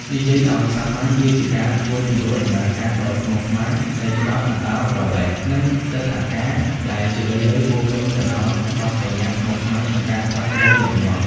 និយាយឱ្យសាមញ្ញ វាជាការជួយសម្រួលដំណើរការដ៏ស្មុគស្មាញនៃច្បាប់អន្តោប្រវេសន៍ និងទិដ្ឋាការ ដែលជារឿយៗពោរពេញទៅដោយបទប្បញ្ញត្តិស្មុគស្មាញ និងការផ្លាស់ប្តូរញឹកញាប់។